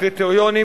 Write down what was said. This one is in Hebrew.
הקריטריונים,